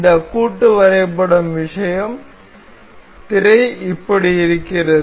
இந்த கூட்டு வரைபடம் விஷயம் திரை இப்படி தெரிகிறது